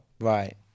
Right